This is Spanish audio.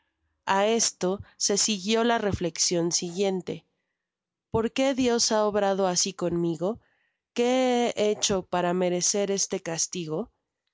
a esto se siguió la reflexión siguiente o por qué dios ha obrado asi conmigo qué he hecho para merecer este castigo